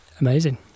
amazing